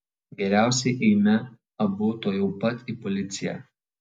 geriausiai eime abu tuojau pat į policiją